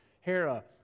Hera